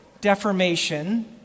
deformation